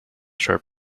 sharp